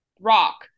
rock